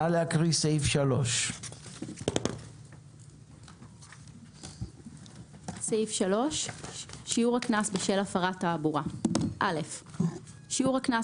נא להקריא את סעיף 3. שיעור הקנס בשל הפרת תעבורה שיעור הקנס